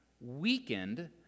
weakened